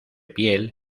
piel